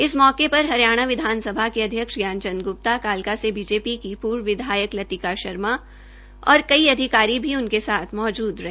इस मौकेपर हरियाणा विधानसभा के अध्यक्ष ज्ञानचंद ग्प्ता कालका से बीजेपी के पूर्व विधायक लतिका शर्मा और कई अधिकारी भी उनकेसाथ मौजूद रहे